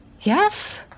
Yes